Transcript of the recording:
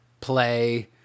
Play